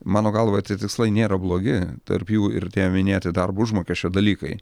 mano galva tie tikslai nėra blogi tarp jų ir tie minėti darbo užmokesčio dalykai